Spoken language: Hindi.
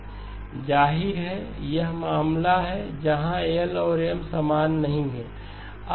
जाहिर है यह मामला है जहां L और M समान नहीं हैं